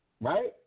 right